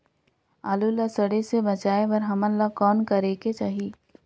आलू ला सड़े से बचाये बर हमन ला कौन करेके चाही?